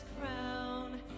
crown